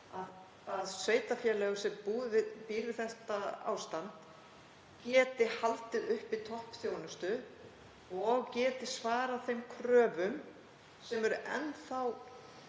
að sveitarfélag sem býr við þetta ástand geti haldið uppi toppþjónustu og geti svarað kröfum, sem eru enn